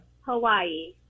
Hawaii